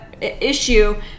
issue